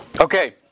Okay